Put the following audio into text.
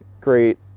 great